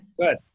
Good